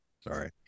sorry